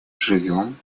живем